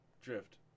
Drift